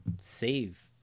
save